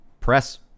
Press